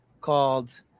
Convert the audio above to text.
called